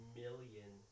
million